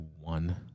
one